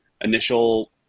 Initial